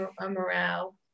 morale